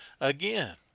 Again